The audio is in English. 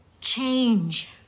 Change